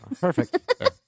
Perfect